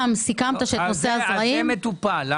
גם סיכמת שנושא הזרעים --- זה מטופל.